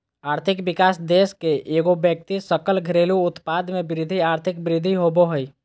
आर्थिक विकास देश के एगो व्यक्ति सकल घरेलू उत्पाद में वृद्धि आर्थिक वृद्धि होबो हइ